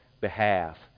behalf